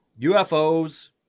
UFOs